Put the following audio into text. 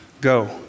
go